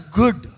good